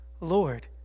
Lord